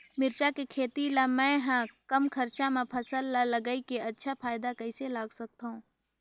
मिरचा के खेती ला मै ह कम खरचा मा फसल ला लगई के अच्छा फायदा कइसे ला सकथव?